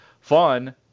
fun